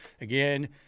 Again